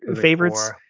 favorites